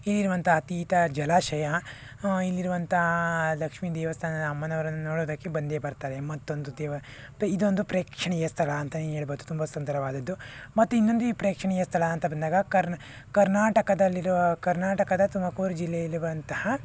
ಇಲ್ಲಿ ಇರುವಂತಹ ತೀತ ಜಲಾಶಯ ಇಲ್ಲಿ ಇರುವಂತಹ ಲಕ್ಷ್ಮೀ ದೇವಸ್ಥಾನ ಅಮ್ಮನವರನ್ನು ನೋಡೋದಕ್ಕೆ ಬಂದೇ ಬರ್ತಾರೆ ಮತ್ತೊಂದು ದೇವ ಇದೊಂದು ಪ್ರೇಕ್ಷಣೀಯ ಸ್ಥಳ ಅಂತಾನೆ ಹೇಳ್ಬೋದು ತುಂಬ ಸುಂದರವಾದದ್ದು ಮತ್ತು ಇನ್ನೊಂದು ಈ ಪ್ರೇಕ್ಷಣೀಯ ಸ್ಥಳ ಅಂತ ಬಂದಾಗ ಕರ್ ಕರ್ನಾಟಕದಲ್ಲಿ ಇರುವ ಕರ್ನಾಟಕದ ತುಮಕೂರು ಜಿಲ್ಲೆಯಲ್ಲಿರುವಂತಹ